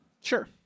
Sure